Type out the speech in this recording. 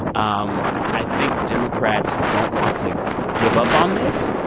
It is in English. um i think democrats don't want to give up on this.